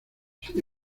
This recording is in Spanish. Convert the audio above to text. sin